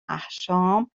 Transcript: احشام